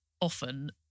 often